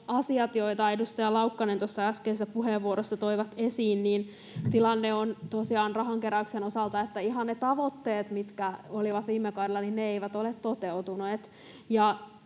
asioihin, joita edustaja Laukkanen tuossa äskeisessä puheenvuorossa toi esiin, niin tilanne on tosiaan rahankeräyksen osalta, että ihan ne tavoitteet, mitkä olivat viime kaudella, eivät ole toteutuneet.